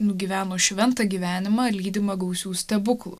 nugyveno šventą gyvenimą lydimą gausių stebuklų